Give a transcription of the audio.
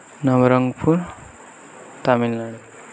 Nabarangpur Tamil Nadu